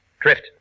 Drift